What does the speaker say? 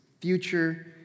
Future